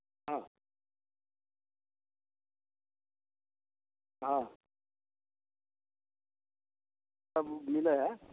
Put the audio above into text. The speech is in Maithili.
हॅं हॅं सब मिलै हइ